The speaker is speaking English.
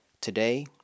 Today